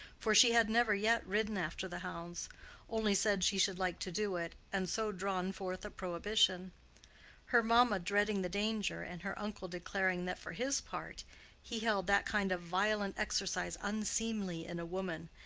for she had never yet ridden after the hounds only said she should like to do it, and so drawn forth a prohibition her mamma dreading the danger, and her uncle declaring that for his part he held that kind of violent exercise unseemly in a woman,